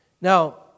Now